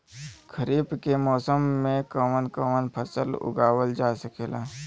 खरीफ के मौसम मे कवन कवन फसल उगावल जा सकेला?